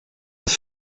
ist